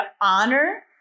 honor